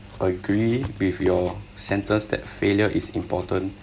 agree with your sentence that failure is important